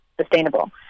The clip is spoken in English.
sustainable